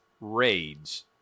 raids